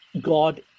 God